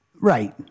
Right